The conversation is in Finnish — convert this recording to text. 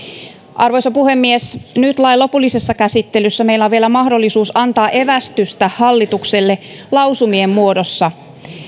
arvoisa puhemies nyt lain lopullisessa käsittelyssä meillä on vielä mahdollisuus antaa evästystä hallitukselle lausumien muodossa